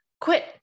quit